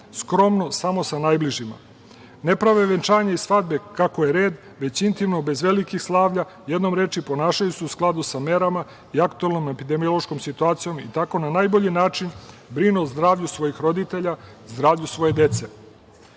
skromno, samo sa najbližima. Ne prave venčanje i svadbe kako je red, već intimno, bez velikih slavlja. Jednom rečju, ponašaju se u skladu sa merama i aktuelnom epidemiološkom situacijom i tako na najbolji način brinu o zdravlju svojih roditelja, zdravlju svoje dece. Stoga